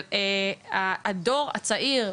של הדור הצעיר,